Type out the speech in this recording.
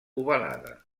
ovalada